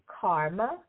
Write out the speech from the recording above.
Karma